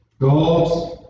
God